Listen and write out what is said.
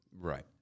Right